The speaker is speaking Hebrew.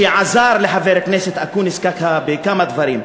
שעזר לחבר הכנסת אקוניס בכמה דברים: